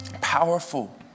powerful